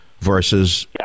versus